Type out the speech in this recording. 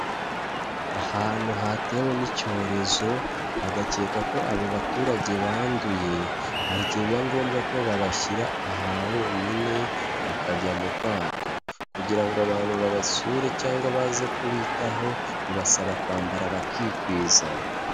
Ahantu hatewe n'icyorezo bagakeka ko abo baturage banduye, hari igihe biba ngombwa ko babashyira aha bonyine bakajya mu kato kugira ngo abantu babasure cyangwa baze kubitaho, bibasaba kwambara bakikwiza.